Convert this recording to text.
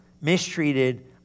mistreated